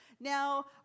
Now